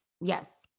Yes